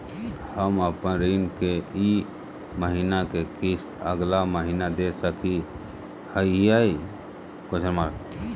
हम अपन ऋण के ई महीना के किस्त अगला महीना दे सकी हियई?